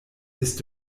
ist